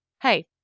Hey